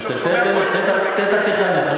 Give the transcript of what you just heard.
אז תן קטע פתיחה.